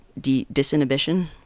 disinhibition